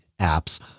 apps